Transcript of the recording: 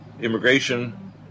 immigration